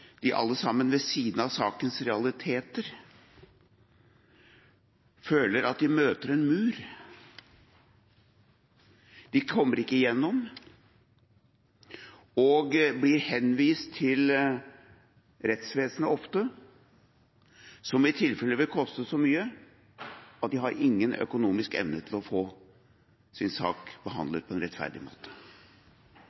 de alle sammen – ved siden av sakens realiteter – føler at de møter en mur. De kommer ikke gjennom og blir ofte henvist til rettsvesenet, som i tilfelle vil koste så mye at de ikke har økonomisk evne til å få sin sak